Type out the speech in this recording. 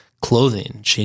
clothing